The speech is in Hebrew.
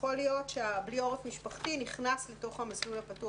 יכול להיות שה"בלי עורף משפחתי" נכנס בתוך המסלול הפתוח